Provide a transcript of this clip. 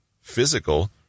physical